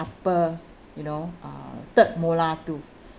upper you know uh third molar tooth